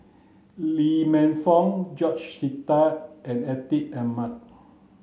Lee Man Fong George Sita and Atin Amat